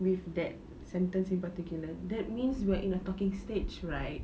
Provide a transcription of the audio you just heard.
with that sentence in particular that means we are in a talking stage right